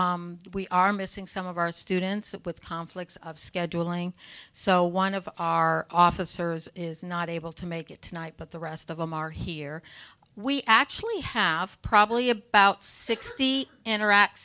so we are missing some of our students with conflicts of scheduling so one of our officers is not able to make it tonight but the rest of them are here we actually have probably about sixty